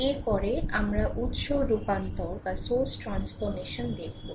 এরপরে আমরা উৎস রূপান্তর দেখবো